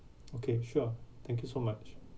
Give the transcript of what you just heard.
okay sure thank you so much